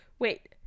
Wait